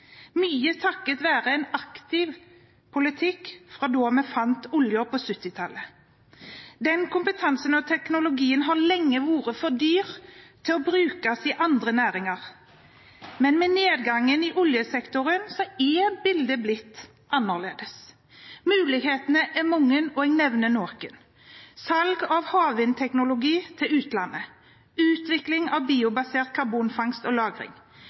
mye takket være en aktiv politikk fra da vi fant oljen på 1970-tallet. Den kompetansen og teknologien har lenge vært for dyr til å brukes i andre næringer. Men med nedgangen i oljesektoren er bildet blitt annerledes. Mulighetene er mange, og jeg nevner noen: salg av havvindteknologi til utlandet, utvikling av biobasert karbonfangst og